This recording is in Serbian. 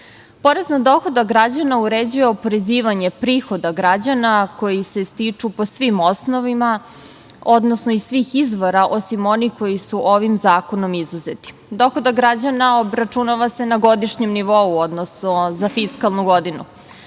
na dohodak građana uređuje oporezivanje prihoda građana koji se stiču po svim osnovama, odnosno iz svih izvora, osim onih koji su ovim zakonom izuzeti. Dohodak građana obračunava se na godišnjem nivou, odnosno za fiskalnu godinu.